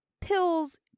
pills